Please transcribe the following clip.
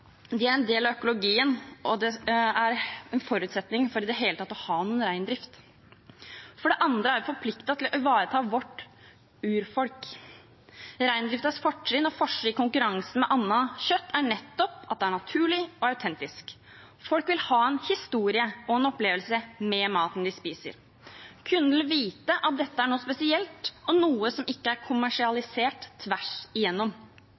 de er en del av økologien, og det er en forutsetning for i det hele tatt å ha noen reindrift. For det andre er vi forpliktet til å ivareta vårt urfolk. Reindriftens fortrinn og forse i konkurranse med annet kjøtt er nettopp at det er naturlig og autentisk. Folk vil ha en historie og en opplevelse med maten de spiser. Kunden vil vite at dette er noe spesielt og noe som ikke er kommersialisert tvers igjennom